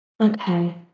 Okay